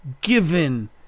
given